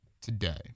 today